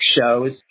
shows